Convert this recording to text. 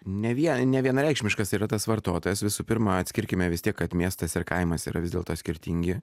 ne vien nevienareikšmiškas yra tas vartotojas visų pirma atskirkime vis tiek kad miestas ir kaimas yra vis dėlto skirtingi